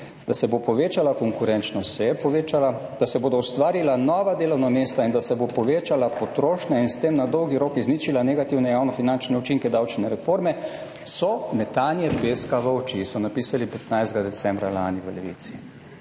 Da se bo povečala konkurenčnost? Se je povečala. Da se bodo ustvarila nova delovna mesta in da se bo povečala potrošnja in s tem na dolgi rok izničila negativne javno finančne učinke davčne reforme so metanje peska v oči, so napisali 15. decembra lani v Levici.